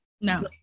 No